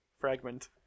Fragment